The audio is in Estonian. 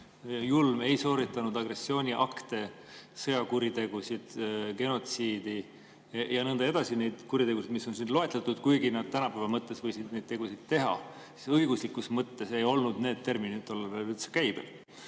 Julm sooritanud agressiooniakte, sõjakuritegusid, genotsiidi ja nõnda edasi, neid kuritegusid, mis on siin loetletud, kuigi nad tänapäeva mõttes võisid neid tegusid teha. Õiguslikus mõttes ei olnud need terminid tollal veel üldse käibel.